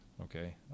okay